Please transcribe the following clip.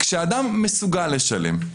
כשאדם מסוגל לשלם,